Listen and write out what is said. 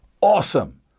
awesome